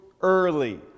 early